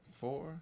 four